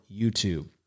YouTube